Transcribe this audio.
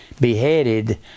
beheaded